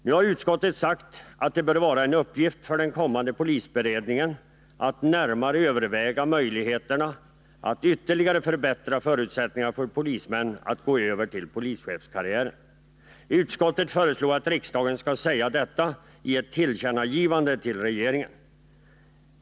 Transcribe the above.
Nu har utskottet sagt att det bör vara en uppgift för den kommande polisberedningen att närmare undersöka möjligheterna att ytterligare förbättra förutsättningarna för polismän att gå över till polischefskarriären. Utskottet föreslår att riksdagen skall säga detta i ett tillkännagivande till regeringen.